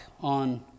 on